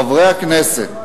חברי הכנסת,